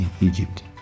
Egypt